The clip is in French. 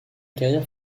carrière